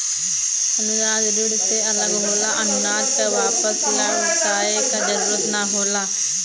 अनुदान ऋण से अलग होला अनुदान क वापस लउटाये क जरुरत ना होला